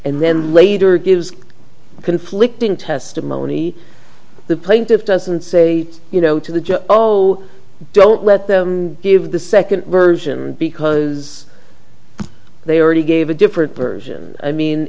and then later gives conflicting testimony the plaintiff doesn't say you know to the judge oh don't let them give the second version because they already gave a different version i mean